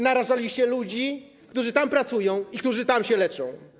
Narażaliście ludzi, którzy tam pracują i którzy tam się leczą.